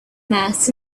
mass